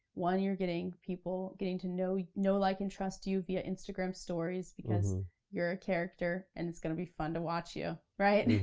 one, you're getting people, getting to know, like, like, and trust you via instagram stories, because you're a character, and it's gonna be fun to watch you, right?